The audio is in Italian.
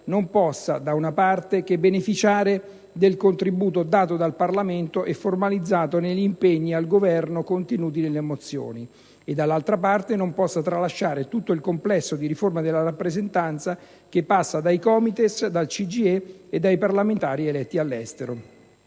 non possa che beneficiare del contributo dato dal Parlamento e formalizzato negli impegni al Governo contenuti nelle mozioni e, dall'altra, non possa tralasciare tutto il complesso di riforma della rappresentanza, che passa dai Comites, dal CGIE e dai parlamentari eletti all'estero.